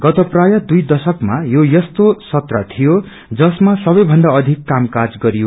गत प्रायः दुइ दशकमा यो यस्तो सत्र थियो जसमा संबैभन्दा अधिक कामकाज गरियो